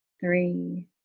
Three